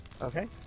Okay